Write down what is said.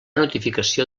notificació